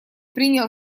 принял